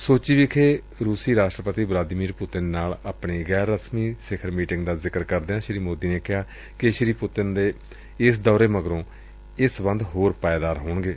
ਸੋਚੀ ਵਿਖੇ ਰੁਸੀ ਰਾਸਟਰਪਤੀ ਵਲਾਦੀਮੀਰ ਪੁਤਿਨ ਨਾਲ ਆਪਣੀ ਗੈਰ ਰਸਮੀ ਸਿਖਰ ਮੀਟਿੰਗ ਦਾ ਜ਼ਿਕਰ ਕਰਦਿਆਂ ਸ੍ਰੀ ਮੋਦੀ ਨੇ ਕਿਹਾ ਕਿ ਸ੍ਰੀ ਪੁਤਿਨ ਦੇ ਇਸ ਦੌਰੇ ਮਗਰੋਂ ਇਹ ਸਬੰਧ ਹੋਰ ਪਾਏਦਾਰ ਹੋਣਗੇ